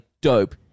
dope